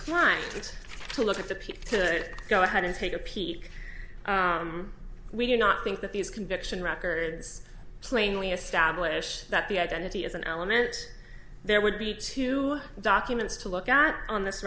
trying to look at the people could go ahead and take a peek we do not think that these conviction records plainly establish that the identity is an element there would be two documents to look at on this